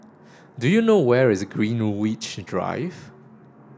do you know where is Greenwich Drive